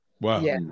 Wow